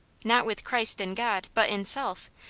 not with christ in god, but in self,